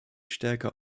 stärker